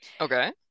okay